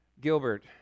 Gilbert